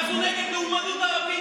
אנחנו נגד לאומנות ערבית.